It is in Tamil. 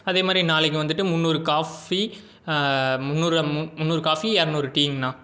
அதே மாதிரி நாளைக்கு வந்துவிட்டு முன்னூறு காஃபி முன்னூறு முன்னூறு காஃபி இரநூறு டீங்கணா